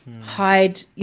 hide